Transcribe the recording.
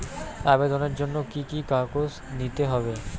আবেদনের জন্য কি কি কাগজ নিতে হবে?